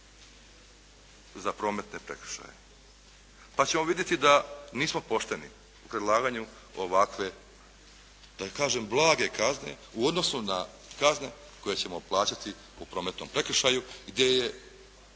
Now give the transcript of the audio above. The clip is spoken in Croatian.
za prometne prekršaje pa ćemo vidjeti da nismo pošteni u predlaganju ovakve, da kažem blage kazne u odnosu na kazne koje ćemo plaćati u prometnom prekršaju, gdje je